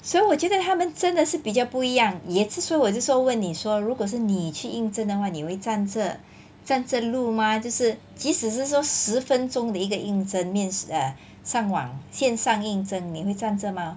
所以我觉得他们真的是比较不一样也只说我就说问你说如果是你去应征的话你会站着站着录吗就是即使是说十分钟的一个应征面 err 上网线上应征你会站着吗